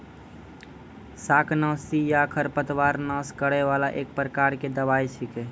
शाकनाशी या खरपतवार नाश करै वाला एक प्रकार के दवाई छेकै